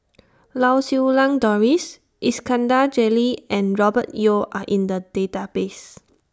Lau Siew Lang Doris Iskandar Jalil and Robert Yeo Are in The Database